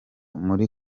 muri